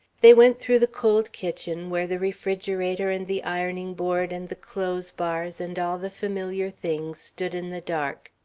they went through the cold kitchen where the refrigerator and the ironing board and the clothes bars and all the familiar things stood in the dark.